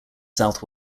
south